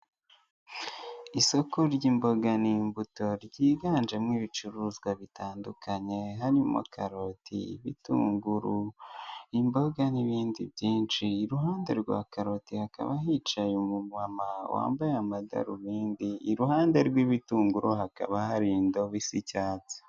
Isoka by'imboga n'imbuto byiganjemo ibicuruzwa bitandukanye harimo karoti, ibitunguru, imboga n'ibindi byinshi, iruhande rwa karoti hakaba hicaye umumama wambaye amadarubindi, iruhande rw'ibitunguru hakaba hari indobo isa icyatsi.